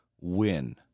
win